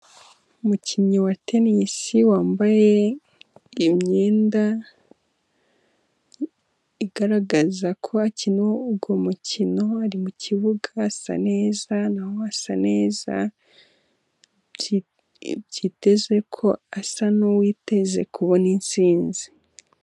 Umukinnyi wa Tenisi wambaye imyenda igaragaza ko akina uwo mukino, ari mu kibuga asa neza na ho hasa neza byiteze ko asa n'uwiteze kubona intsinzi.